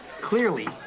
Clearly